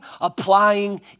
applying